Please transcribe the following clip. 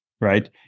right